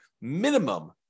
minimum